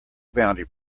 bounty